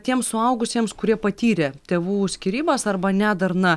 tiems suaugusiems kurie patyrė tėvų skyrybas arba nedarną